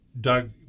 Doug